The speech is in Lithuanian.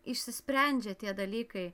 išsisprendžia tie dalykai